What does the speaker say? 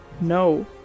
No